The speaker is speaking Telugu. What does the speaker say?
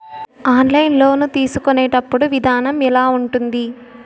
ఆన్లైన్ లోను తీసుకునేటప్పుడు విధానం ఎలా ఉంటుంది